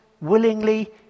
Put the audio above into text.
willingly